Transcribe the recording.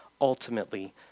ultimately